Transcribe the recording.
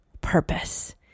purpose